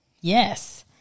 Yes